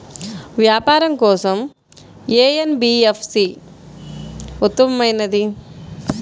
వ్యాపారం కోసం ఏ ఎన్.బీ.ఎఫ్.సి ఉత్తమమైనది?